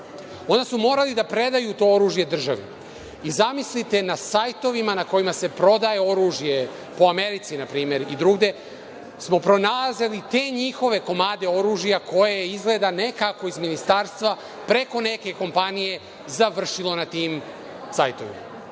onda su morali da predaju to oružje državi i, zamislite, na sajtovima na kojima se prodaje oružje, po Americi, na primer, i drugde smo pronalazili te njihove komade oružja koje je, izgleda, nekako iz Ministarstva preko neke kompanije završilo na tim sajtovima.